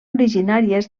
originàries